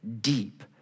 deep